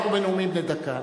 אנחנו בנאומים בני דקה,